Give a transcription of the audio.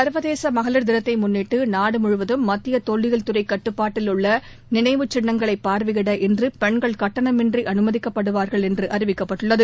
சர்வதேச மகளிர் தினத்தை முன்னிட்டு நாடு முழுவதும் மத்திய தொல்லியல் துறை கட்டுப்பாட்டில் உள்ள நினைவு சின்னங்களை பார்வையிட இன்று பெண்கள் கட்டணமின்றி அனுமதிக்கப்படுவார்கள் என்று அறிவிக்கப்பட்டுள்ளது